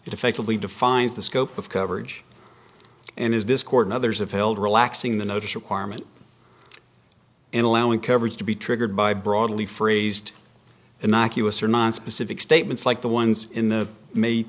effectively defines the scope of coverage and is this court and others have failed relaxing the notice requirement and allowing coverage to be triggered by broadly phrased innocuous or nonspecific statements like the ones in the may